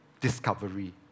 discovery